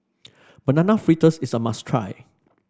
Banana Fritters is a must try